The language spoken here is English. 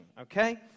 Okay